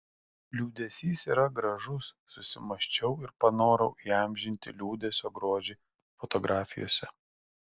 liūdesys yra gražus susimąsčiau ir panorau įamžinti liūdesio grožį fotografijose